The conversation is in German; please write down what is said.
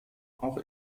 auch